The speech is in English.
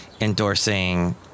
Endorsing